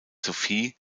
sophie